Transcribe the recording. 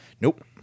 Nope